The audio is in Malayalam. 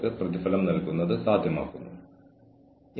അപ്പോൾ അത് ജീവനക്കാരനെ ശാന്തമാക്കാൻ സഹായിക്കും